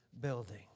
building